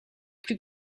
plus